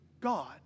God